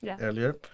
earlier